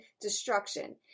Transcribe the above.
destruction